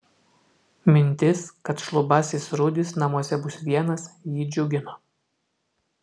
mintis kad šlubasis rudis namuose bus vienas jį džiugino